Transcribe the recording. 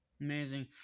Amazing